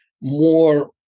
more